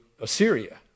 Assyria